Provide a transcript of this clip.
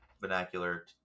vernacular